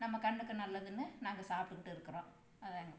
நம்ம கண்ணுக்கு நல்லதுன்னு நாங்கள் சாப்பிட்டுக்கிட்டு இருக்கிறோம் அதாங்க